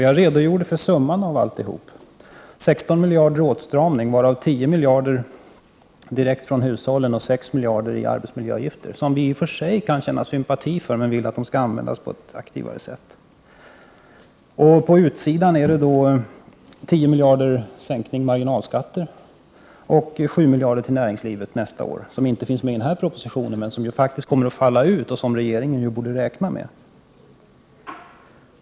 Jag redogjorde för summan av alltihop: 16 miljarder i åtstramning, varav 10 miljarder direkt från hushållen och 6 miljarder i arbetsmiljöavgifter, som vi i och för sig kan känna sympati för men vill använda på ett mer aktivt sätt. På utgiftssidan ser vi 10 miljarder i sänkta marginalskatter och 7 miljarder till näringslivet nästa år, pengar som inte finns med i den här propositionen men som faktiskt kommer att falla ut och som regeringen borde räkna med.